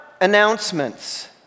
announcements